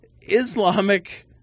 Islamic